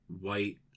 white